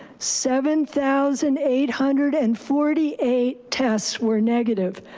seven thousand eight hundred and forty eight tests were negative.